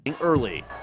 Early